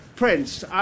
Prince